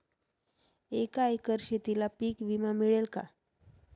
एका एकर शेतीला पीक विमा मिळेल का?